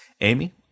Amy